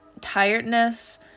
tiredness